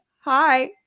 hi